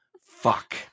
Fuck